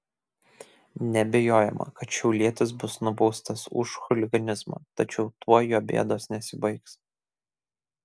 neabejojama kad šiaulietis bus nubaustas už chuliganizmą tačiau tuo jo bėdos nesibaigs